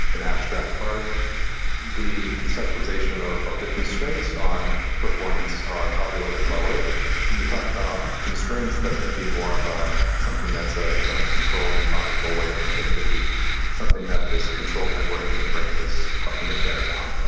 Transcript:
in abstract art the conceptualisation of of the constraints on performance are probably a little bit lower. when we talk about constraints, that's going to be more of um something that's ah kind of a controlled and logical way of thinking, that could be something that this controlled network in the brain is helping to carry out.